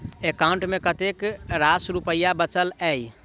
account मे कतेक रास रुपया बचल एई